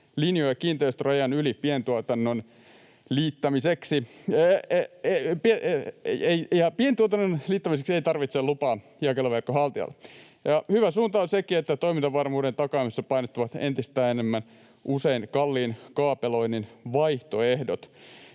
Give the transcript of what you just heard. linjoja kiinteistörajan yli pientuotannon liittämiseksi. Pientuotannon liittämiseksi ei tarvitse lupaa jakeluverkon haltijalta. Ja hyvä suunta on sekin, että toimintavarmuuden takaamisessa painottuvat entistä enemmän usein kalliin kaapeloinnin vaihtoehdot.